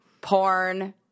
porn